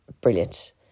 brilliant